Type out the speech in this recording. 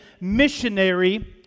missionary